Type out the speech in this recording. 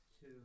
two